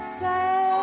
say